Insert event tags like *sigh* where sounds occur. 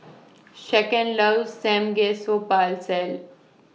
Shaquan loves *unintelligible*